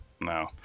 No